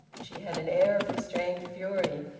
she had an air of restrained fury.